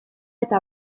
eta